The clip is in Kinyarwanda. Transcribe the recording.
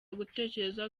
gutekereza